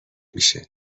میشه